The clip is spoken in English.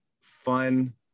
Fun